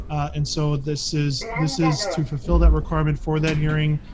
and so this is this is to fulfill that requirement for that hearing.